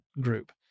group